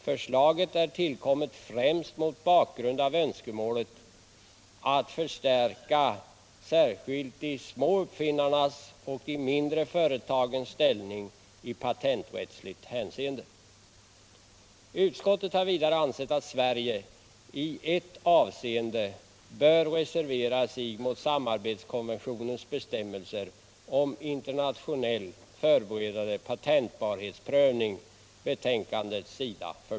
Förslaget är tillkommet främst mot bakgrund av önskemålet att förstärka särskilt de ”små” uppfinnarnas och de mindre företagens ställning i patenträttsligt hänseende.